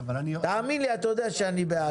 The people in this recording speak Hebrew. תאמין לי, אתה יודע שאני בעד.